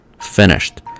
finished